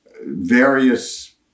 various